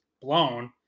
blown